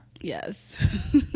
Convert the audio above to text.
Yes